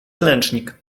klęcznik